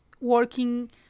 working